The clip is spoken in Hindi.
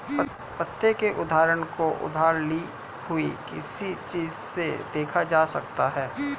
पट्टे के उदाहरण को उधार ली हुई किसी चीज़ से देखा जा सकता है